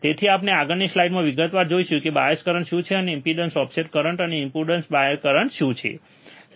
તેથી તેથી આપણે આગળની સ્લાઇડ્સમાં વિગતવાર જોઈશું કે આ બાયસ કરંટ શું છે અને ઇનપુટ ઓફસેટ કરંટ અને ઇનપુટ બાયસ કરંટ શું છે